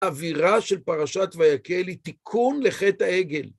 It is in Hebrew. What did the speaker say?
אווירה של פרשת ויקהל היא תיקון לחטא העגל.